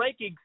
rankings